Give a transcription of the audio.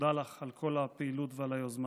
תודה לך על כל הפעילות ועל היוזמה,